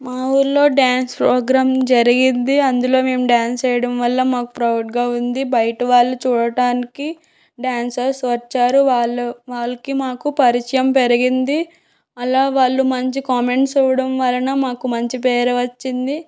మా ఊళ్ళో dance program జరిగింది అందులో మేము డ్యాన్స్ వేయడం వల్ల మాకు ప్రౌడ్గా ఉంది బయట వాళ్ళు చూడటానికి డ్యాన్సర్స్ వచ్చారు వాళ్ళు వాళ్ళకి మాకు పరిచయం పెరిగింది అలా వాళ్ళు మంచి కామెంట్స్ ఇవ్వడం వలన మాకు మంచి పేరు వచ్చింది